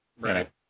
Right